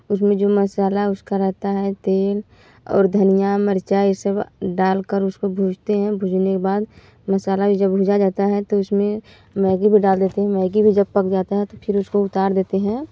उसमें जो मसाला उसका रहता है तेल और धनिया मिर्च सब डाल कर उसको भुजते हैं भुजने के बाद मसाला यह जब भुजा जाता है तो उसमें मैगी भी डाल देते हैं मैगी भी जब पक जाता है तो फिर उसको उतार देते हैं